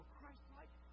Christ-like